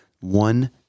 one